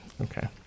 Okay